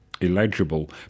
illegible